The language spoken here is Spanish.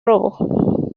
robo